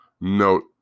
note